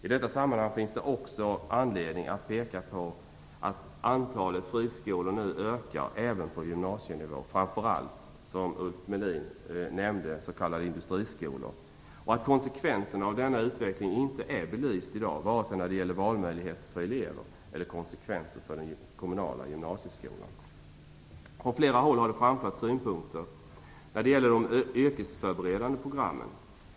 I detta sammanhang finns det också anledning att peka på att antalet friskolor nu ökar även på gymnasienivå, framför allt när det gäller s.k. industriskolor, som Ulf Melin nämnde. Konsekvenserna av denna utveckling är inte belysta vare sig då det gäller valmöjligheter för elever eller då det gäller den kommunala gymnasieskolan. Från olika håll har synpunkter framförts på de yrkesförberedande programmen.